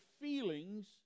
feelings